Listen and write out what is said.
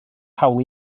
hawl